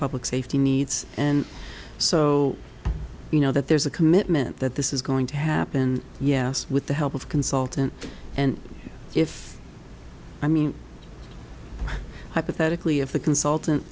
public safety needs and so you know that there's a commitment that this is going to happen yes with the help of a consultant and if i mean hypothetically if the consultant